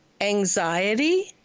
anxiety